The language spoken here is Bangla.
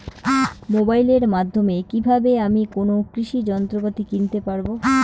মোবাইলের মাধ্যমে কীভাবে আমি কোনো কৃষি যন্ত্রপাতি কিনতে পারবো?